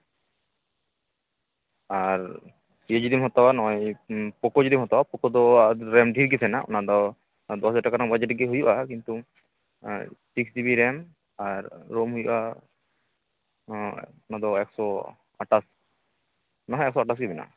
ᱟᱨ ᱤᱭᱟᱹ ᱡᱩᱫᱤᱢ ᱦᱟᱛᱟᱣᱟ ᱱᱚᱜᱼᱚᱭ ᱯᱚᱠᱳ ᱡᱩᱫᱤᱢ ᱦᱟᱛᱟᱣᱟ ᱯᱚᱠᱳ ᱫᱚ ᱨᱮᱢ ᱴᱷᱤᱠᱜᱮ ᱛᱟᱦᱮᱱᱟ ᱚᱱᱟᱫᱚ ᱫᱚᱥ ᱦᱟᱡᱟᱨ ᱴᱟᱠᱟ ᱨᱮᱭᱟᱜ ᱵᱟᱡᱮᱴ ᱛᱮᱜᱮ ᱦᱩᱭᱩᱜᱼᱟ ᱠᱤᱱᱛᱩ ᱥᱤᱠᱥ ᱡᱤᱵᱤ ᱨᱮᱢ ᱟᱨ ᱨᱚᱢ ᱦᱩᱭᱩᱜᱼᱟ ᱚᱱᱟᱫᱚ ᱮᱠᱥᱚ ᱟᱴᱷᱟᱥ ᱚᱱᱟᱦᱚᱸ ᱮᱠᱥᱚ ᱟᱴᱷᱟᱥ ᱜᱮ ᱢᱮᱱᱟᱜᱼᱟ